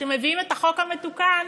שמביאים את החוק המתוקן